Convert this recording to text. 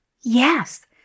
Yes